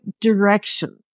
direction